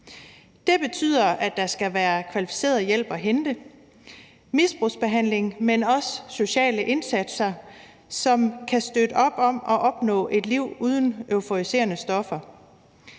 Det betyder, at der skal være kvalificeret hjælp at hente, herunder misbrugsbehandling, men også sociale indsatser, som kan støtte op om, at man opnår et liv uden euforiserende stoffer.